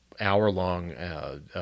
hour-long